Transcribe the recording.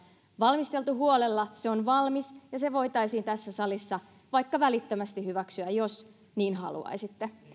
valmisteltu huolella se on valmis ja se voitaisiin tässä salissa vaikka välittömästi hyväksyä jos niin haluaisitte